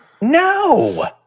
No